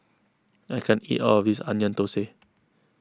I can't eat all of this Onion Thosai